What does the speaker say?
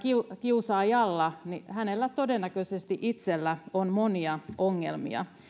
kiusaajalla itsellään todennäköisesti on monia ongelmia